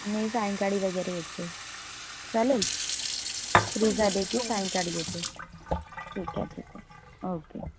मी सायंकाळी वगैरे येते चालेल फ्री झाले की सायंकाळी येते ठीक आहे ठीक आहे ओके